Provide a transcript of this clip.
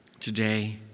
Today